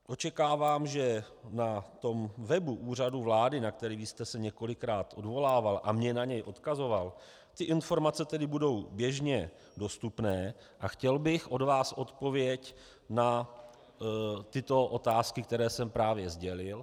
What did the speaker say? Očekávám, že na webu Úřadu vlády, na který jste se několikrát odvolával a mě na něj odkazoval, informace tedy budou běžně dostupné, a chtěl bych od vás odpověď na tyto otázky, které jsem právě sdělil.